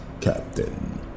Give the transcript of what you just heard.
Captain